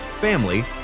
family